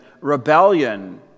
rebellion